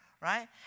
Right